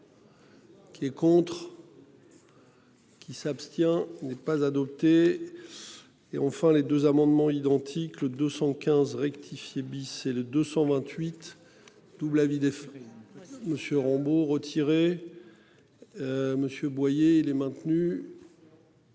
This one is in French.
Qui est contre. Qui s'abstient n'est pas adopté. Et enfin les deux amendements identiques, le 215 rectifier bis et le 228. Double avis des frais. Monsieur Rambo retiré. Monsieur Boyer les maintenu.